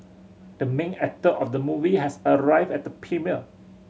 the main actor of the movie has arrived at the premiere